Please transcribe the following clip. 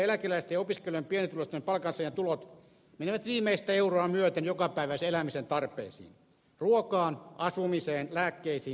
työttömien eläkeläisten ja opiskelijoiden pienituloisten palkansaajien tulot menevät viimeistä euroa myöten jokapäiväisen elämisen tarpeisiin ruokaan asumiseen lääkkeisiin